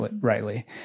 rightly